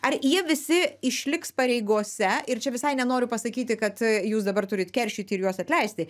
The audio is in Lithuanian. ar jie visi išliks pareigose ir čia visai nenoriu pasakyti kad jūs dabar turit keršyti ir juos atleisti